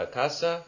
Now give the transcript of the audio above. casa